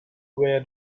where